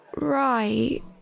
Right